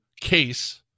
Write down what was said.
case –